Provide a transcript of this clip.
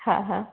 હા હા